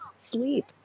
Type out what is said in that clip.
sleep